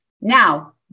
Now